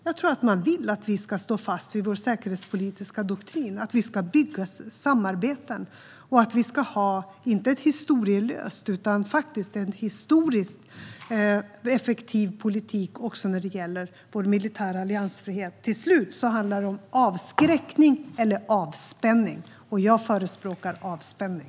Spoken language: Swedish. Jag tror att man vill att vi ska stå fast vid vår säkerhetspolitiska doktrin, att vi ska bygga samarbeten och att vi ska ha en, inte historielös, utan historiskt effektiv politik också när det gäller vår militära alliansfrihet. Till slut handlar det om avskräckning eller avspänning, och jag förespråkar avspänning.